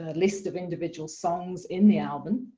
ah list of individual songs in the album.